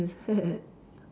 is it